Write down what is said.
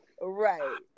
Right